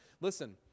Listen